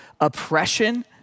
oppression